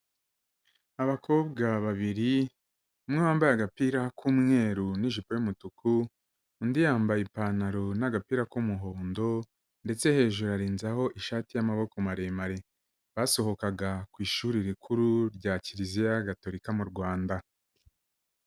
Abakobwa babiri, umwe wambaye agapira k'umweru n'ijipo y'umutuku, undi yambaye ipantaro n'agapira k'umuhondo ndetse hejuru arenzaho ishati y'amaboko maremare, basohokaga ku ishuri rikuru rya Kiliziya Gatolika mu Rwanda.